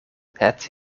het